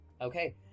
Okay